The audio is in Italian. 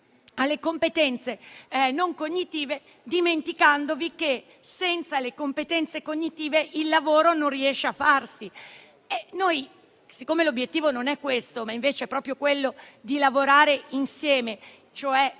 alle competenze non cognitive, dimenticandovi che, senza le competenze cognitive, il lavoro non riesce a farsi. E l'obiettivo non è questo, ma è invece proprio quello di lavorare insieme -